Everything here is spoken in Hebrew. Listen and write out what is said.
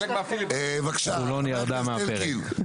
בבקשה חבר הכנסת אלקין,